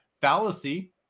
fallacy